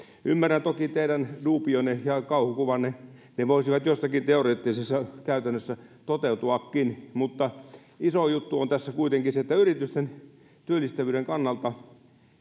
ymmärrän toki teidän duubionne ja kauhukuvanne ne voisivat jossakin teoreettisessa käytännössä toteutuakin mutta iso juttu on tässä kuitenkin se että yritysten työllistävyyden kannalta